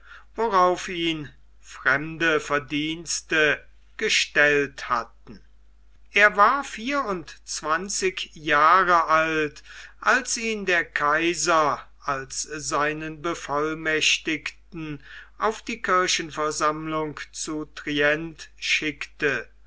worauf ihn fremde verdienste gestellt hatten er war vierundzwanzig jahre alt als ihn der kaiser als seinen bevollmächtigten auf die kirchenversammlung zu trident schickte